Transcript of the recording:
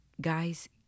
guys